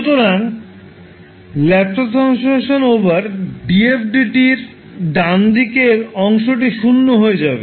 সুতরাং ℒ 𝑑𝑓dt এর ডানদিকের অংশটি শূন্য হয়ে যাবে